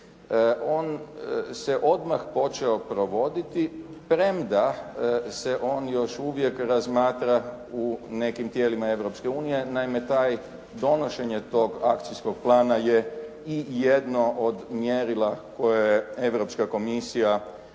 on se odmah počeo provoditi, premda se on još uvijek razmatra u nekim tijelima Europske unije. Naime, donošenje tog akcijskog plana je i jedno od mjerila koje je Europska